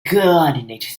coordinate